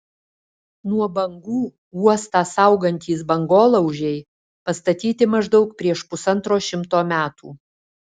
nuo bangų uostą saugantys bangolaužiai pastatyti maždaug prieš pusantro šimto metų